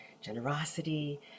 generosity